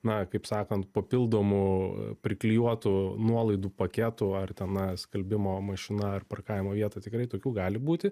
na kaip sakant papildomu priklijuotu nuolaidų paketu ar ten na skalbimo mašina ar parkavimo vieta tikrai tokių gali būti